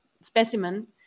specimen